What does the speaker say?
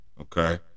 okay